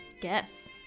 guess